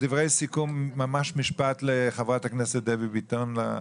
דברי סיכום, ממש משפט, לחברת הכנסת דבי ביטון.